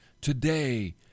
Today